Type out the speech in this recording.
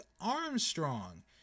Armstrong